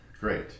great